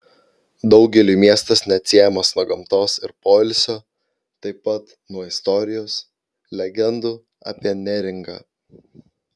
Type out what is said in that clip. daugeliui miestas neatsiejamas nuo gamtos ir poilsio taip pat nuo istorijos legendų apie neringą